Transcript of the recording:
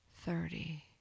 Thirty